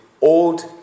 Old